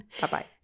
bye-bye